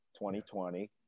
2020